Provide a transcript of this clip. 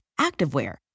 activewear